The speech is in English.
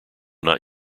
not